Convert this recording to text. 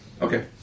Okay